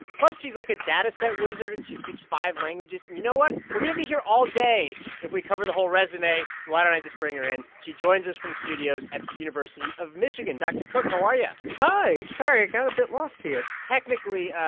plus, she's, like, a data set wizard, and she speaks five languages and you know what? we're going to be here all day if we cover the whole resume. why don't i just bring her in? she joins us from studios at the university of michigan dr. cook, how are you? yeah hi. sorry, i got a bit lost here technically,